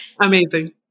Amazing